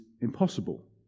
impossible